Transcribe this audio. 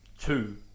two